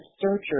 surgery